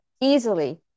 easily